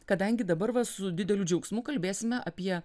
kadangi dabar va su dideliu džiaugsmu kalbėsime apie